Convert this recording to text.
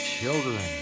children